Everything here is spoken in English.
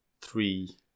three